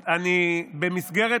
במסגרת,